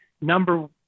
number